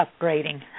upgrading